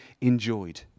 enjoyed